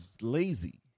lazy